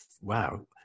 wow